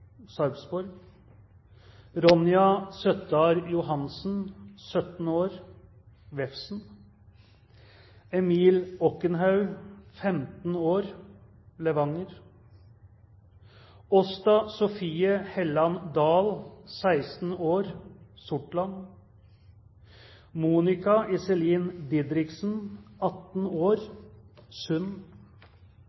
Sarpsborg Ronja Søttar Johansen, 17 år, Vefsn Emil Okkenhaug, 15 år, Levanger Åsta Sofie Helland Dahl, 16 år, Sortland Monica Iselin Didriksen, 18 år,